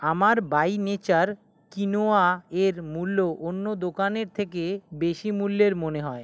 আমার by nature quinoa এর মূল্য অন্য দোকানের থেকে বেশি মূল্যের মনে হয়